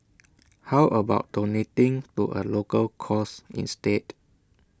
how about donating to A local cause instead